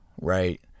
right